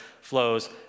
flows